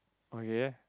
okay